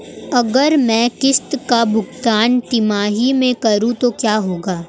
अगर मैं किश्त का भुगतान तिमाही में करूं तो क्या होगा?